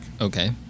Okay